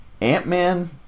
Ant-Man